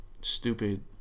stupid